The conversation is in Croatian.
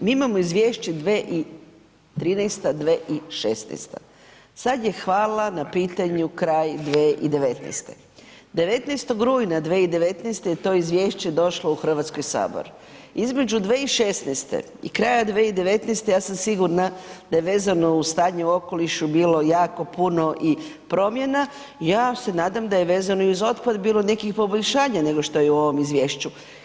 Mi imamo izvješće 2013.-2016., sada je hvala na pitanju kraj 2019. 19. rujna 2019. je to izvješće došlo u Hrvatski sabor, između 2016. i kraja 2019. ja sam sigurna da je vezano uz stanje u okolišu bilo jako puno promjena, ja se nadam da je vezeno i uz otpad bilo nekih poboljšanja nego što je u ovom izvješću.